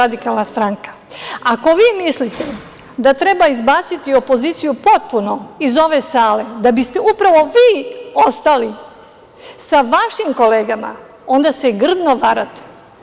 Ako vi mislite da treba izbaciti opoziciju potpuno iz ove sale, da biste upravo vi ostali sa vašim kolegama, onda se grdno varate.